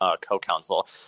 co-counsel